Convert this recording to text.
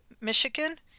Michigan